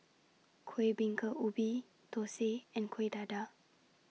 Kuih Bingka Ubi Thosai and Kuih Dadar